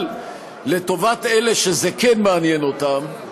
אבל לטובת אלה שזה כן מעניין אותם,